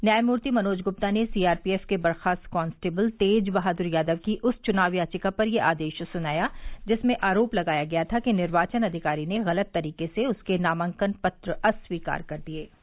न्यायमूर्ति मनोज गुप्ता ने सीआरपीएफ के बर्खास्त कॉन्सटेबल तेज बहादुर यादव की उस चुनाव याचिका पर यह आदेश स्नाया जिसमें आरोप लगाया गया था कि निर्वाचन अधिकारी ने गलत तरीके से उसके नामांकन पत्र अस्वीकार किए